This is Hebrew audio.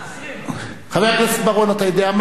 חבר הכנסת בר-און, אתה יודע מה?